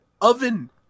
oven